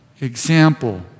example